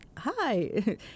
hi